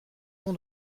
bon